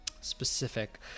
specific